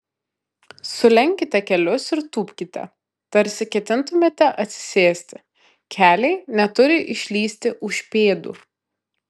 sulenkite kelius ir tūpkite tarsi ketintumėte atsisėsti keliai neturi išlįsti už pėdų